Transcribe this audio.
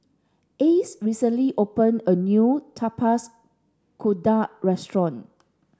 Ace recently opened a new Tapak's Kuda restaurant